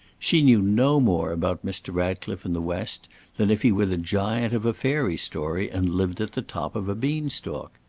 she knew no more about mr. ratcliffe and the west than if he were the giant of a fairy-story, and lived at the top of a bean-stalk.